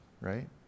right